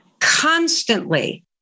Constantly